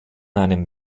einem